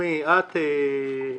שר העבודה,